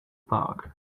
park